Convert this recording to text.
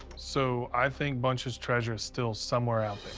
so i think bunch's treasure is still somewhere out there.